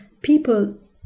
people